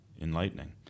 enlightening